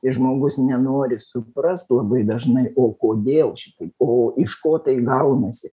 ir žmogus nenori suprast labai dažnai o kodėl šitaip o iš ko tai gaunasi